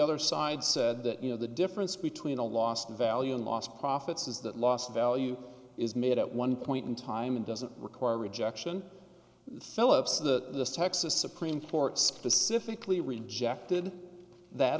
other side said that you know the difference between a lost value and lost profits is that lost value is made at one point in time and doesn't require rejection phillips of the texas supreme court specifically rejected that